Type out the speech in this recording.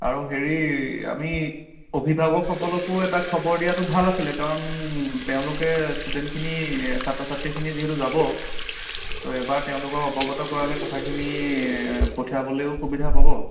আৰু হেৰি আমি অভিভাৱকসকলকো এটা খবৰ দিয়াটো ভাল আছিলে কাৰণ তেওঁলোকে ষ্টুডেণ্টখিনি ছাত্ৰ ছাত্ৰীখিনি যিহেতু যাব ত' এবাৰ তেওঁলোকক অবগত কৰালে কথাখিনি পঠিয়াবলেও সুবিধা পাব